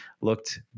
looked